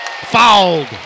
Fouled